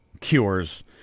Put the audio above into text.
cures